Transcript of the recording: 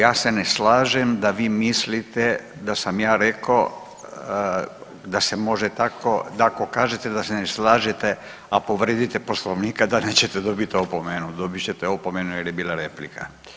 Dobro, ja se ne slažem da vi mislite da sam ja rekao da se može tako, da ako kažete da se ne slažete, a povrijedite Poslovnik, da nećete dobiti opomenu, dobit ćete opomenu jer je bila replika.